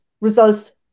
results